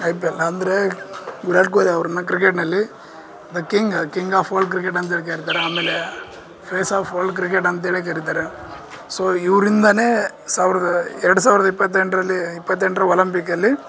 I P L ಅಂದರೆ ವಿರಾಟ್ ಕೊಹ್ಲಿ ಅವರನ್ನ ಕ್ರಿಕೆಟ್ನಲ್ಲಿ the king king of world cricket ಅಂತೇಳಿ ಕರೀತಾರೆ ಆಮೇಲೆ ಫೇಸ್ ಆಫ್ ವರ್ಲ್ಡ್ ಕ್ರಿಕೆಟ್ ಅಂತೇಳಿ ಕರೀತಾರೆ ಸೋ ಇವ್ರಿಂದಾ ಸಾವಿರದ ಎರಡು ಸಾವಿರದ ಇಪ್ಪತ್ತೆಂಟರಲ್ಲಿ ಇಪ್ಪತ್ತೆಂಟರ ಒಲಂಪಿಕ್ಕಲ್ಲಿ